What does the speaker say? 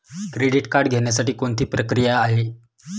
Credit card घेण्यासाठी कोणती प्रक्रिया आहे?